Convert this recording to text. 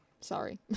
sorry